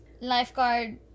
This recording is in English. Lifeguard